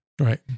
right